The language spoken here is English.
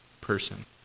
person